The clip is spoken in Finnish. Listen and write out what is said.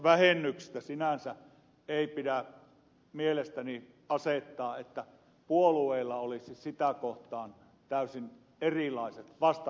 kotitalousvähennystä sinänsä ei pidä mielestäni kuvata niin että puolueilla olisi sitä kohtaan täysin erilaiset vastakkaiset kannat